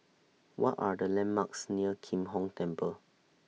What Are The landmarks near Kim Hong Temple